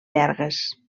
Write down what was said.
llargues